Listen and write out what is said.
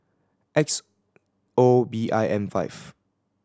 X O B I M five